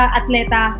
atleta